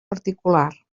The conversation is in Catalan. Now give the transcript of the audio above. particular